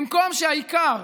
במקום שהעיקר,